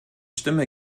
stimme